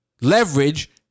leverage